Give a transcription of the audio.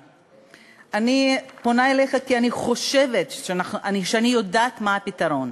אני באתי לשם בשביל לנסות לעזור לאוכלוסיות